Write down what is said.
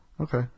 Okay